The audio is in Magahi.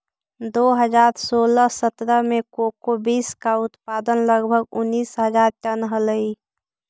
दो हज़ार सोलह सत्रह में कोको बींस का उत्पादन लगभग उनीस हज़ार टन हलइ